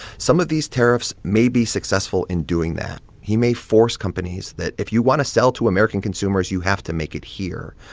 some of these tariffs may be successful in doing that. he may force companies that if you want to sell to american consumers, you have to make it here.